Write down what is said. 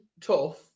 tough